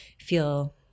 feel